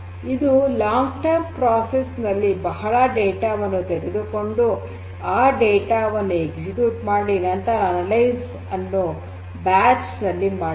ಇದು long term process ನಲ್ಲಿ ಬಹಳ ಡೇಟಾ ವನ್ನು ತೆಗೆದುಕೊಂಡು ಆ ಡೇಟಾ ವನ್ನು ಎಕ್ಸಿಕ್ಯೂಟ್ ಮಾಡಿ ನಂತರ ಅನಲೈಜ್ ಅನ್ನು ಬ್ಯಾಚ್ ನಲ್ಲಿ ಮಾಡುತ್ತದೆ